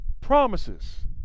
promises